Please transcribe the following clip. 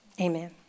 amen